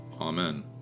Amen